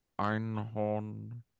einhorn